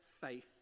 faith